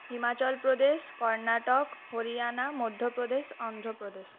Himachal Pradesh Karnataka Haryana Madhya Pradesh Andhra Pradesh